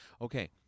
okay